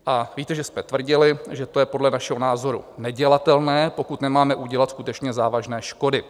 A víte, že jsme tvrdili, že to je podle našeho názoru nedělatelné, pokud nemáme udělat skutečně závažné škody.